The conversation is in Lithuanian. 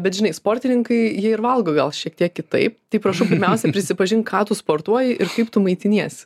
bet žinai sportininkai jie ir valgo gal šiek tiek kitaip tai prašau pirmiausia prisipažink ką tu sportuoji ir kaip tu maitiniesi